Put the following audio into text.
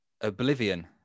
oblivion